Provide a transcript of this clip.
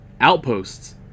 outposts